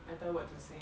better word to say